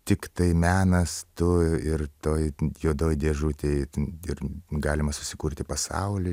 tiktai menas tu ir toj juodoj dėžutėj ten ir galima susikurti pasaulį